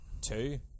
Two